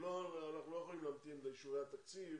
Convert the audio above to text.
אנחנו לא יכולים להמתין לאישורי התקציב